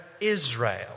Israel